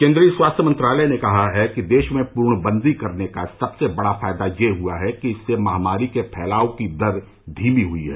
केन्द्रीय स्वास्थ्य मंत्रालय ने कहा है कि देश में पूर्णबंदी करने का सबसे बड़ा फायदा यह हुआ है कि इससे महामारी के फैलाव की दर धीमी हुई है